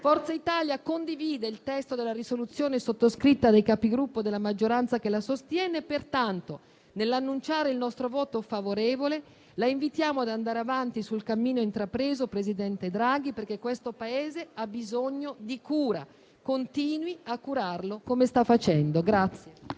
Forza Italia condivide il testo della risoluzione sottoscritta dai Capigruppo della maggioranza che la sostiene e, pertanto, nell'annunciare il nostro voto favorevole la invitiamo ad andare avanti sul cammino intrapreso perché il Paese ha bisogno di cura. Continui a curarlo come sta facendo.